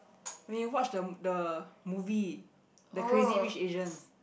when you watch the m~ the movie the Crazy-Rich-Asians